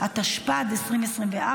בבקשה,